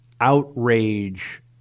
outrage